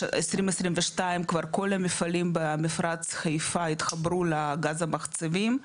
2022 כבר כל המפעלים במפרץ חיפה התחברו לגז המחצבים,